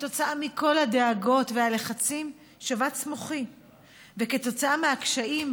כתוצאה מכל הדאגות והלחצים וכתוצאה מהקשיים,